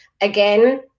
Again